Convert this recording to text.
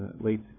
late